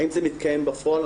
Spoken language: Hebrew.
האם זה מתקיים בפועל?